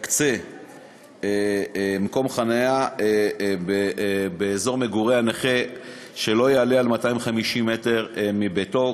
תקצה מקום חניה באזור מגורי הנכה במרחק שלא יעלה על 250 מטר מביתו.